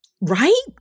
Right